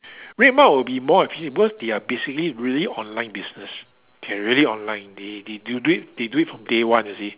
RedMart will be more efficient because they are basically really online business can really online they they do it they do it from day one you see